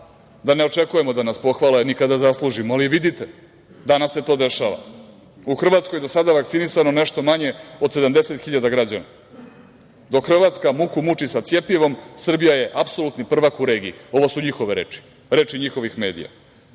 da ne očekujemo da nas pohvale ni kada zaslužimo, ali vidite danas se to dešava. U Hrvatskoj je do sada definisano nešto manje od 70 hiljada građana. Dok Hrvatska muku muči sa cjepivom Srbija je apsolutni prvak u regiji. Ovo su njihove reči. Reči njihovih medija.